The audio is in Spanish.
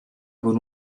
con